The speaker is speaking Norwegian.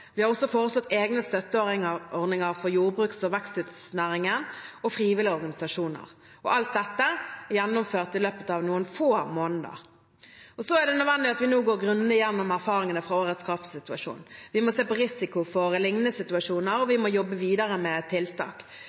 Vi har også foreslått egne støtteordninger for jordbruks- og veksthusnæringen og frivillige organisasjoner. Alt dette er gjennomført i løpet av noen få måneder. Så er det nødvendig at vi nå går grundig gjennom erfaringene fra årets kraftsituasjon. Vi må se på risiko for liknende situasjoner, og vi må jobbe videre med tiltak.